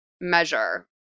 measure